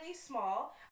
small